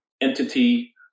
entity